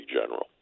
general